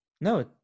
No